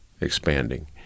expanding